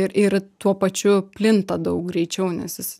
ir ir tuo pačiu plinta daug greičiau nes jis